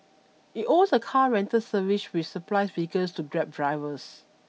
it owns a car rental service which supplies vehicles to Grab drivers